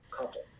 couple